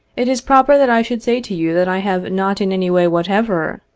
it is proper that i should say to you that i have not in any way whatever,